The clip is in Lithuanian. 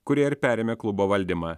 kurie ir perėmė klubo valdymą